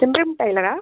சிங்கம் டைலரா